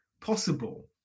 possible